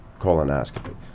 colonoscopy